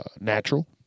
natural